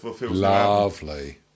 Lovely